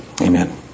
amen